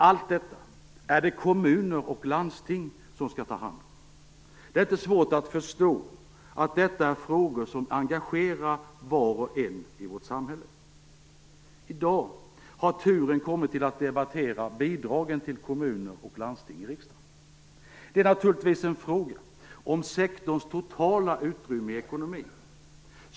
Allt detta skall kommuner och landsting ta hand om. Det är inte svårt att förstå att detta är frågor som engagerar var och en i vårt samhälle. I dag har turen kommit till att i riksdagen debattera bidragen till kommuner och landsting. Det är naturligtvis en fråga om sektorns totala utrymme i ekonomin.